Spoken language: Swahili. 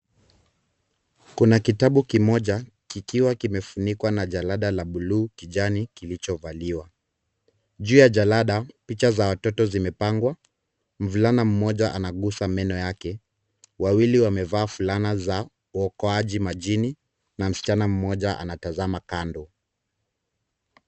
Kuna kitabu kimoja kikiwa kimefunikwa na jalada la bluu kijani kilichovaliwa. Juu ya jalada picha za watoto zimepangwa. Mvulana mmoja anagusa meno yake, wawili wamevaa fulana za uokoaji majini na msichana mmoja anatazama kando.